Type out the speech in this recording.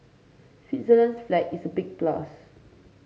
Switzerland's flag is big plus